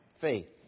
Faith